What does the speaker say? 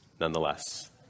nonetheless